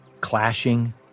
clashing